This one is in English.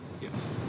Yes